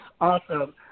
Awesome